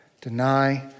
deny